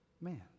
man